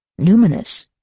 numinous